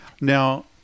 Now